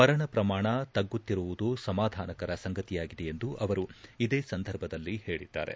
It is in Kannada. ಮರಣ ಪ್ರಮಾಣ ತಗ್ಗುತ್ತಿರುವುದು ಸಮಾಧಾನಕರ ಸಂಗತಿಯಾಗಿದೆ ಎಂದು ಅವರು ಇದೇ ಸಂದರ್ಭದಲ್ಲಿ ಹೇಳಿದ್ದಾರೆ